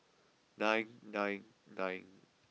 nine nine nine